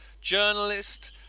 journalist